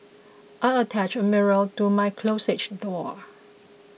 I attached a mirror to my closets door